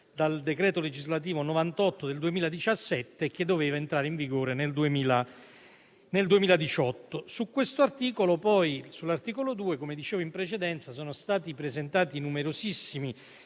da decreto legislativo n. 98 del 2017, che doveva entrare in vigore nel 2018. Sull'articolo 2, come dicevo in precedenza, sono stati presentati numerosissimi